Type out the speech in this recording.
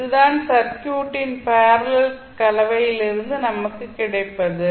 இது தான் சர்க்யூட்டின் பேரலெல் கலவையிலிருந்து நமக்கு கிடைப்பது